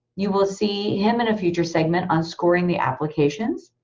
you will see him in a future segment on scoring the applications.